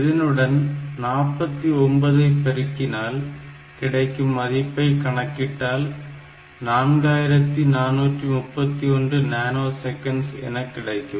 இதனுடன் 49 ஐ பெருக்கினால் கிடைக்கும் மதிப்பை கணக்கிட்டால் 4431 நேனோ செகண்ட்ஸ் என கிடைக்கும்